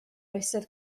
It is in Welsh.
oesoedd